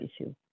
issue